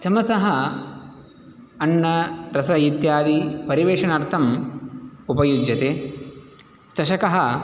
चमसः अन्नं रसम् इत्यादि परिवेषणार्थम् उपयुज्यते चषकः